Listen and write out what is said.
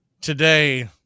today